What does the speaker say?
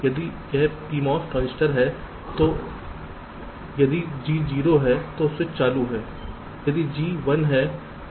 यदि यह PMOS transistor है तो यदि G 0 है तो स्विच चालू है यदि G 1 है तो स्विच बंद है